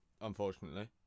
unfortunately